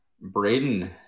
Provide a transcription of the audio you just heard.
Braden